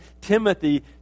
Timothy